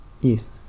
Yes